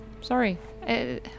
sorry